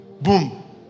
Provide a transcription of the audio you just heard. boom